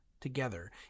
together